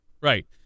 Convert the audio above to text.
Right